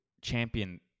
champion